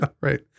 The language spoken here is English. Right